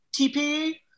TPE